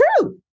true